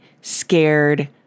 scared